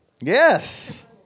Yes